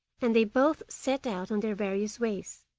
and they both set out on their various ways.